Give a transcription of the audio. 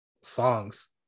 songs